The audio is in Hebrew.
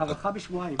הארכה בשבועיים.